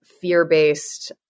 fear-based